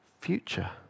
future